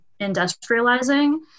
industrializing